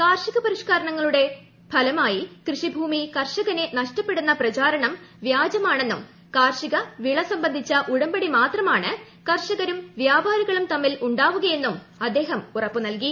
കാർഷിക പരിഷ്കാരങ്ങളുടെ ഫലമായി കൃഷിഭൂമി കർഷകന് നഷ്ടപ്പെടുമെന്ന പ്രചരണം വ്യാജമാണെന്നും കാർഷിക വിള സംബന്ധിച്ച ഉടമ്പടി മാത്രമാണ് കർഷകരും വ്യാപാരികളും തമ്മിൽ ഉണ്ടാവുകയെന്നും അദ്ദേഹം ഉറപ്പുനൽകി